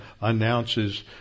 announces